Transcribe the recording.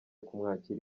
kumwakira